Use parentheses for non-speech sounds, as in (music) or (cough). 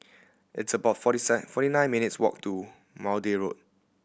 it's about forty (unintelligible) forty nine minutes' walk to Maude Road